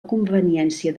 conveniència